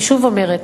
אני שוב אומרת,